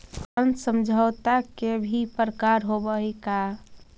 ऋण समझौता के भी प्रकार होवऽ हइ का?